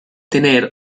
tener